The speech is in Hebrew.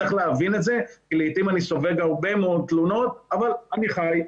צריך להבין את זה כי לעתים אני סופג הרבה מאוד תלונות אבל אני חי,